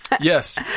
Yes